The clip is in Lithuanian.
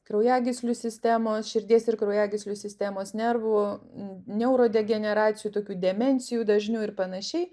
kraujagyslių sistemos širdies ir kraujagyslių sistemos nervų neurodegeneracijų tokių demencijų dažniu ir panašiai